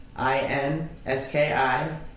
I-N-S-K-I